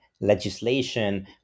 legislation